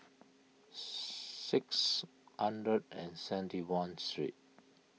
six under and seven one three